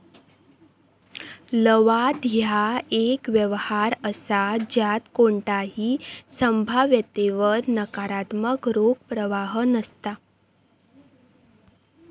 लवाद ह्या एक व्यवहार असा ज्यात कोणताही संभाव्यतेवर नकारात्मक रोख प्रवाह नसता